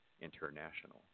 international